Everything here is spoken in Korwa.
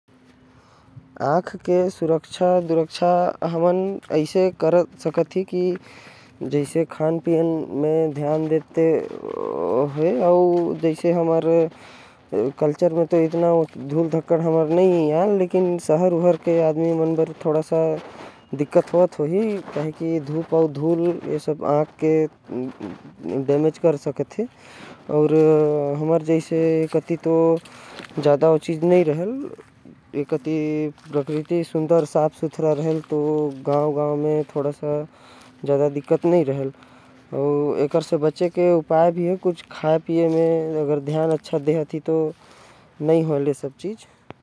आँख हर धूल धाकड़ से खराब होथे। जेके इंसान अपन खान पान ला सुधार के ठीक कर सकत हवे। वैसे तो ए सब दिक्कत शहर म ज्यादा होथे। लेकिन हमर गांव म ज्यादा धूल नही रहथे।